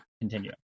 continue